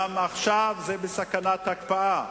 גם זה עכשיו בסכנת הקפאה.